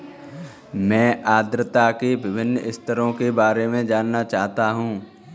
मैं आर्द्रता के विभिन्न स्तरों के बारे में जानना चाहता हूं